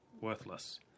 worthless